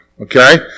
Okay